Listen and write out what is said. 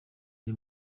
ari